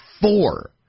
four